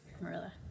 Marilla